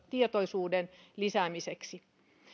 tietoisuuden lisäämiseksi